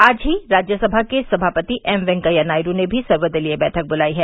आज ही राज्यसभा के समापति एम वेंकैया नायड् ने भी सर्वदलीय बैठक बुलाई है